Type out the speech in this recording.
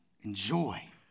enjoy